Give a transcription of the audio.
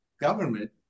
government